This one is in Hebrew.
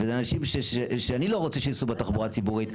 וזה אנשים שאני לא רוצה שיסעו בתחבורה ציבורית.